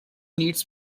needs